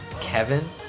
Kevin